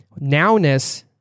Nowness